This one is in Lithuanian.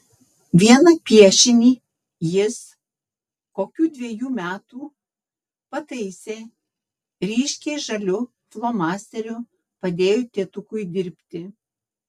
vieną piešinį jis kokių dvejų metų pataisė ryškiai žaliu flomasteriu padėjo tėtukui dirbti